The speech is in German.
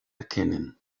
erkennen